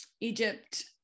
Egypt